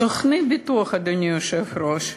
סוכני ביטוח, אדוני היושב-ראש,